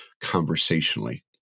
conversationally